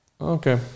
Okay